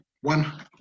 one